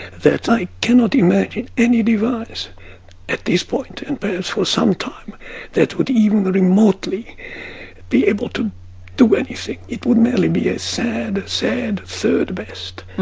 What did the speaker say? that i cannot imagine any device at this point and perhaps for some time that would even remotely be able to do anything. it would merely be a sad, sad third best.